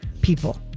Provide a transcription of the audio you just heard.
people